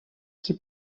qui